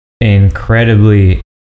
incredibly